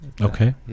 okay